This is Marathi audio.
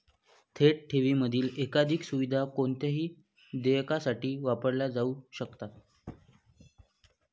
थेट ठेवींमधील एकाधिक सुविधा कोणत्याही देयकासाठी वापरल्या जाऊ शकतात